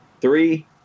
three